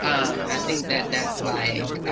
um and i think that that's like.